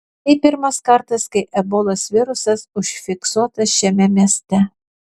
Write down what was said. tai pirmas kartas kai ebolos virusas užfiksuotas šiame mieste